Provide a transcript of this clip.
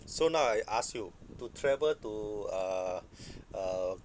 so now I ask you to travel to uh a